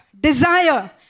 desire